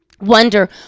wonder